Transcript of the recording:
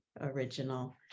original